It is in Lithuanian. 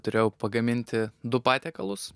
turėjau pagaminti du patiekalus